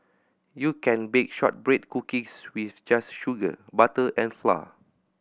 you can bake shortbread cookies with just sugar butter and flour